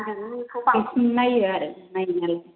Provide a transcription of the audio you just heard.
आं बिनिखौ बांसिन नायो आरो नायनाया